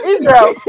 Israel